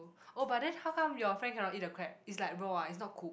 oh but then how come your friend cannot eat the crab it's like raw ah it's not cooked